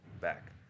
back